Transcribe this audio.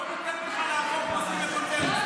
לא ניתן, לא ניתן לך להפוך נושאים לקונסנזוס.